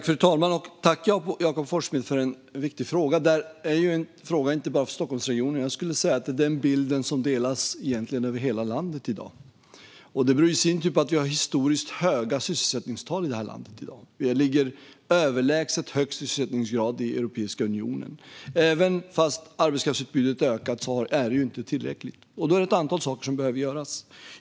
Fru talman! Tack, Jakob Forssmed, för en viktig fråga! Detta är en fråga inte bara för Stockholmregionen, utan jag skulle säga att denna bild delas över hela landet i dag. Det beror på att vi har historiskt höga sysselsättningstal i det här landet i dag. Vi har överlägset högst sysselsättningsgrad i Europeiska unionen. Även om arbetskraftsutbudet har ökat är det inte tillräckligt. Det är ett antal saker som behöver göras.